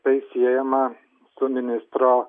tai siejama su ministro